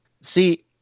See